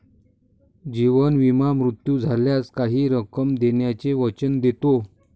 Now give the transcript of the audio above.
जीवन विमा मृत्यू झाल्यास काही रक्कम देण्याचे वचन देतो